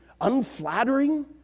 unflattering